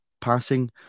passing